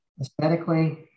aesthetically